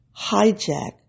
hijack